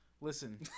Listen